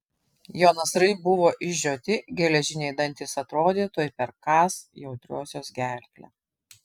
jo nasrai buvo išžioti geležiniai dantys atrodė tuoj perkąs jautriosios gerklę